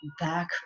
back